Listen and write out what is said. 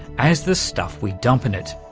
as the stuff we dump in it,